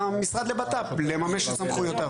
למשרד לבט"פ לממש את סמכויותיו.